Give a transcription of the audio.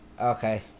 Okay